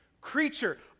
creature